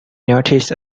notice